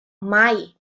mai